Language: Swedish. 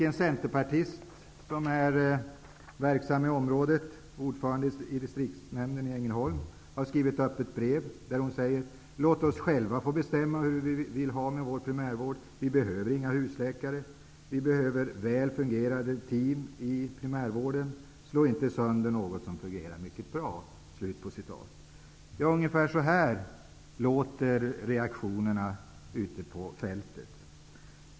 En centerpartist som är verksam i området och ordförande i distriktsnämnden i Ängelholm, har skrivit ett öppet brev där hon säger: Låt oss själva få bestämma hur vi vill ha det med vår primärvård. Vi behöver inga husläkare. Vi behöver väl fungerande team i primärvården. Slå inte sönder något som fungerar mycket bra. Ungefär så här låter reaktionerna ute på fältet.